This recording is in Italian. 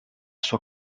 sua